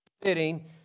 fitting